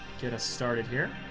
get started here,